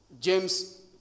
James